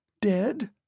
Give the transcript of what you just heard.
Dead